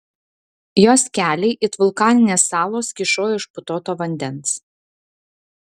jos keliai it vulkaninės salos kyšojo iš putoto vandens